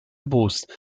erbost